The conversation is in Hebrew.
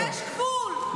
יש גבול.